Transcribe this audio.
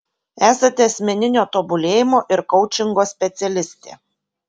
esate asmeninio tobulėjimo ir koučingo specialistė